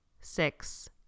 six